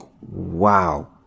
wow